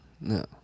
No